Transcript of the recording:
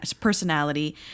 personality